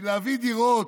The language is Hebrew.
להביא דירות,